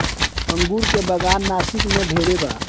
अंगूर के बागान नासिक में ढेरे बा